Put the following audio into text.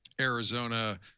Arizona